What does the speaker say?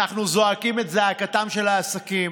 אנחנו זועקים את זעקתם של העסקים